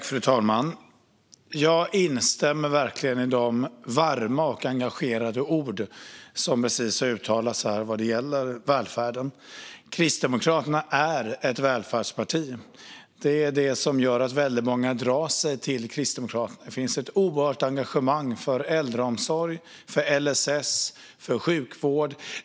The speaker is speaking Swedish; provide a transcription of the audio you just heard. Fru talman! Jag instämmer verkligen i de varma engagerade ord som precis uttalats här vad gäller välfärden. Kristdemokraterna är ett välfärdsparti. Det är detta som gör att många dras till Kristdemokraterna. Det finns ett oerhört stort engagemang för äldreomsorg, LSS och sjukvård.